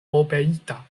obeita